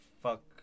fuck